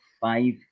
five